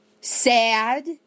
Sad